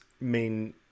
main